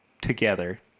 together